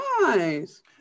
nice